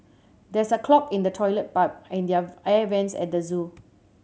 there is a clog in the toilet pipe and their air vents at the zoo